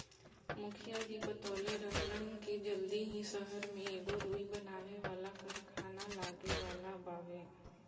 मुखिया जी बतवले रहलन की जल्दी ही सहर में एगो रुई बनावे वाला कारखाना लागे वाला बावे